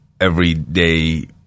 everyday